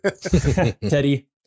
teddy